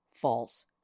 false